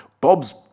Bob's